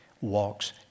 walks